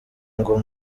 ngo